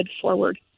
forward